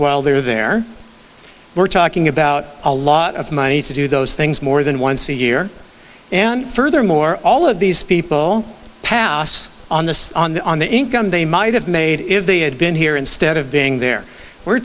while they're there we're talking about a lot of money to do those things more than once a year and furthermore all of these people pass on this on the on the income they might have made if they had been here instead of being there